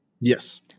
Yes